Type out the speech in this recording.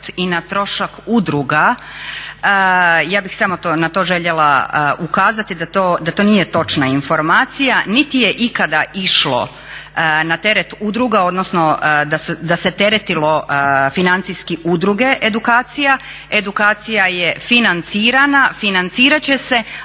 i na trošak udruga ja bih samo na to željela ukazati da to nije točna informacija niti je ikada išlo na teret udruga odnosno da se teretilo financijski udruge edukacija. Edukacija je financirana, financirat će se,